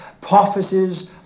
prophecies